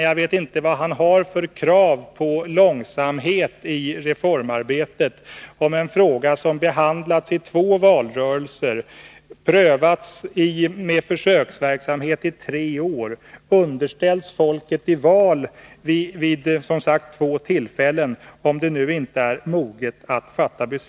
Jag vet inte vad han har för krav på långsamhet i reformarbetet, om han anser att tiden inte är mogen att nu fatta beslut i en fråga som behandlats i två valrörelser, underställts folket i val vid två tillfällen och prövats med försöksverksamhet i tre år.